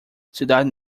cidade